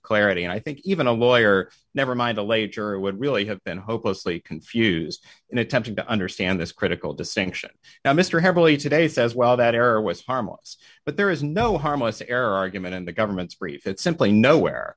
clarity and i think even a lawyer never mind the later would really have been hopelessly confused in attempting to understand this critical distinction now mr hadley today says well that error was harmless but there is no harmless error argument in the government's brief that simply nowhere